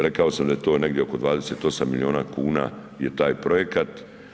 Rekao sam da je to negdje oko 28 milijuna kuna je taj projekat.